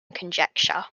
conjecture